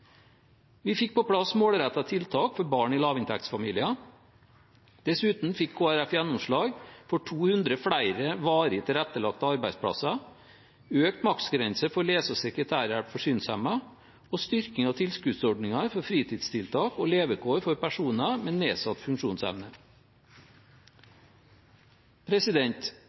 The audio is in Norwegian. Vi fikk på plass målrettede tiltak for barn i lavinntektsfamilier. Dessuten fikk Kristelig Folkeparti gjennomslag for 200 flere varig tilrettelagte arbeidsplasser, økt maksgrense for lese- og sekretærhjelp for synshemmede og styrking av tilskuddsordninger for fritidstiltak og levekår for personer med nedsatt funksjonsevne.